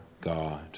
God